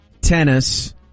tennis